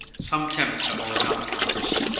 some tempter or another comes,